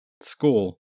school